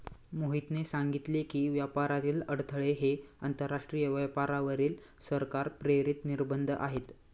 मोहितने सांगितले की, व्यापारातील अडथळे हे आंतरराष्ट्रीय व्यापारावरील सरकार प्रेरित निर्बंध आहेत